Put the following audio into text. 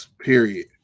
period